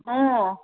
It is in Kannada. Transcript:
ಹ್ಞೂ